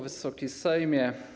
Wysoki Sejmie!